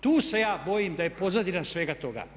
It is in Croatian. Tu se ja bojim da je pozadina svega toga.